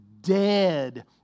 dead